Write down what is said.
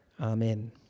Amen